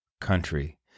country